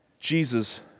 Jesus